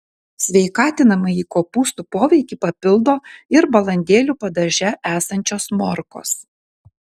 sveikatinamąjį kopūstų poveikį papildo ir balandėlių padaže esančios morkos